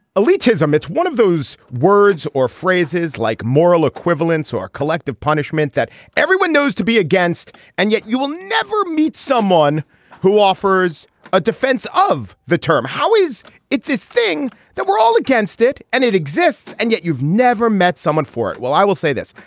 elitism it's one of those words or phrases like moral equivalence or collective punishment that everyone knows to be against and yet you will never meet someone who offers a defense of the term how is it this thing that we're all against it. it. and it exists. and yet you've never met someone for it. well i will say this.